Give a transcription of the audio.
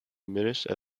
diminished